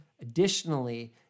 additionally